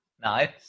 Nice